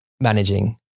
managing